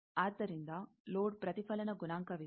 ಆದ್ದರಿಂದ ಲೋಡ್ ಪ್ರತಿಫಲನ ಗುಣಾಂಕವಿದೆ